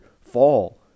fall